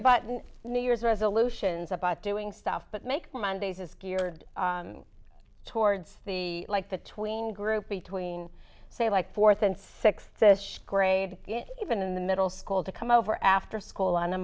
about new year's resolutions about doing stuff but make mondays is geared towards the like the tween group between say like fourth and sixth grade even in the middle school to come over after school on a